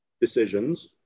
decisions